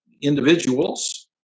individuals